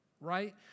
Right